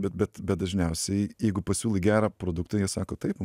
bet bet bet dažniausiai jeigu pasiūlai gerą produktą jie sako taip